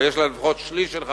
אבל יש לה לפחות שליש של חברים,